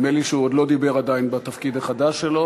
נדמה לי שהוא לא דיבר עדיין בתפקיד החדש שלו,